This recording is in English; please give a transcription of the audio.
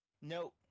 No